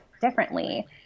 differently